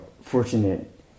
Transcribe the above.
fortunate